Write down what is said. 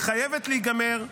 היא חייבת להיגמר.